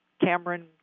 Cameron